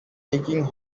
taking